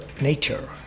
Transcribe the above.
nature